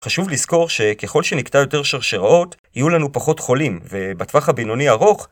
חשוב לזכור שככל שנקטע יותר שרשראות יהיו לנו פחות חולים, ובטווח הבינוני ארוך...